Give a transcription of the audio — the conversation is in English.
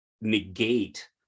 negate